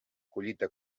collita